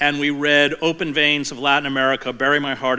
and we read open veins of latin america bury my heart